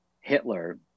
Hitler